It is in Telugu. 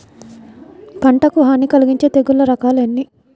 పంటకు హాని కలిగించే తెగుళ్ళ రకాలు ఎన్ని?